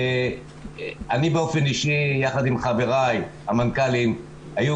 אני אישית וחבריי המנכ"לים היינו